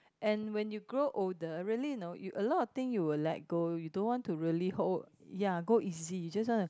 and when you grow older really you know you a lot of thing you will let go you don't want to really hold ya go easy you just wanna